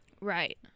Right